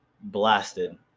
blasted